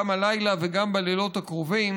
גם הלילה וגם בלילות הקרובים,